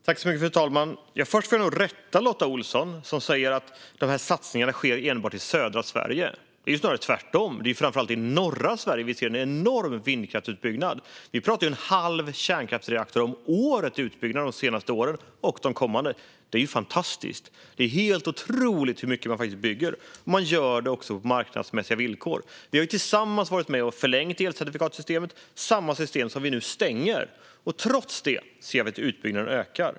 Fru talman! Först vill jag rätta Lotta Olsson, som säger att de här satsningarna sker enbart i södra Sverige. Det är ju snarare tvärtom. Det är framför allt i norra Sverige som vi ser en enorm vindkraftsutbyggnad. Vi pratar om en halv kärnkraftsreaktor om året i utbyggnad de senaste åren och de kommande. Det är ju fantastiskt! Det är helt otroligt hur mycket man faktiskt bygger, och man gör det också på marknadsmässiga villkor. Vi har tillsammans varit med och förlängt elcertifikatssystemet, samma system som vi nu stänger. Trots det ser vi att utbyggnaden ökar.